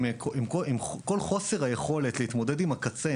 עם כל חוסר היכולת להתמודד עם הקצה,